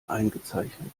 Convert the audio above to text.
eingezeichnet